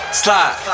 slide